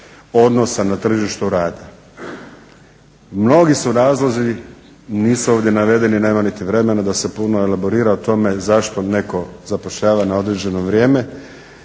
odnosa na tržištu rada mnogi su razlozi nisu ovdje navedeni, nema niti vremena da se puno elaborira o tome zašto netko zapošljava na određeno vrijeme.